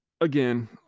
again